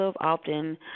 often